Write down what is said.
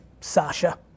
Sasha